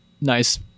nice